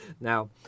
Now